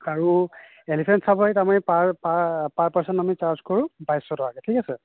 আৰু এলিফেন চাফাৰিত আমি পাৰ পাৰ পাৰ পাৰ্চন আমি চাৰ্জ কৰো বাইশ টকাকৈ ঠিক আছে